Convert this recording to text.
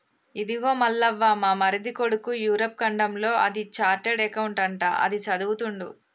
ఇదిగో మల్లవ్వ మా మరిది కొడుకు యూరప్ ఖండంలో అది చార్టెడ్ అకౌంట్ అంట అది చదువుతుండు